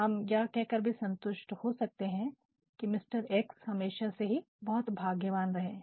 हम ये कह कर भी संतुष्ट हो सकते थे कि मिस्टर ऐक्स हमेशा से ही बहुत भाग्यवान रहे है